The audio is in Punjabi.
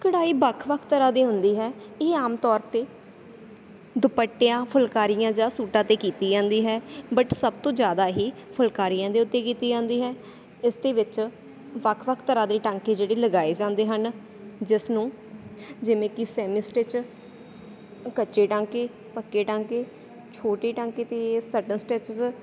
ਕਢਾਈ ਵੱਖ ਵੱਖ ਤਰ੍ਹਾਂ ਦੀ ਹੁੰਦੀ ਹੈ ਇਹ ਆਮ ਤੌਰ 'ਤੇ ਦੁਪੱਟਿਆਂ ਫੁਲਕਾਰੀਆਂ ਜਾਂ ਸੂਟਾਂ 'ਤੇ ਕੀਤੀ ਜਾਂਦੀ ਹੈ ਬਟ ਸਭ ਤੋਂ ਜ਼ਿਆਦਾ ਇਹ ਫੁਲਕਾਰੀਆਂ ਦੇ ਉੱਤੇ ਕੀਤੀ ਜਾਂਦੀ ਹੈ ਇਸ ਦੇ ਵਿੱਚ ਵੱਖ ਵੱਖ ਤਰ੍ਹਾਂ ਦੇ ਟਾਂਕੇ ਜਿਹੜੇ ਲਗਾਏ ਜਾਂਦੇ ਹਨ ਜਿਸ ਨੂੰ ਜਿਵੇਂ ਕਿ ਸੈਮੀ ਸਟਿਚ ਕੱਚੇ ਟਾਂਕੇ ਪੱਕੇ ਟਾਂਕੇ ਛੋਟੇ ਟਾਂਕੇ 'ਤੇ ਸੈਟਲ ਸਟੈਚਿਜ